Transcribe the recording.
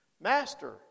Master